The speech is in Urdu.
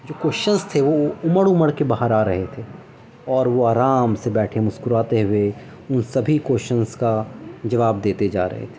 جو کویشچنس تھے وہ امڑ امڑ کے باہر آ رہے تھے اور وہ آرام سے بیٹھے مسکراتے ہوئے ان سبھی کویشچنس کا جواب دیتے جا رہے تھے